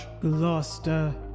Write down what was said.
Gloucester